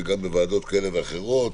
וגם בוועדות כאלה ואחרות,